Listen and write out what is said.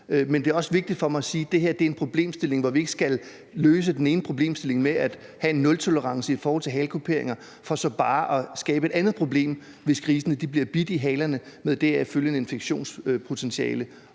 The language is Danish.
Men det er også vigtigt for mig at sige, at det her er en problemstilling, hvor vi ikke skal løse det ene problem med at have en nultolerance i forhold til halekuperinger for så bare at skabe et andet problem, hvis grisene bliver bidt i halerne med deraf følgende infektionspotentiale